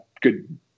good